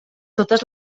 totes